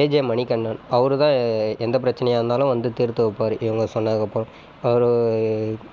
AJ Manikandan அவரு தான் எந்த பிரச்சினையா இருந்தாலும் வந்து தீர்த்து வைப்பார் இவங்க சொன்னதுக்கு அப்புறம் அவர்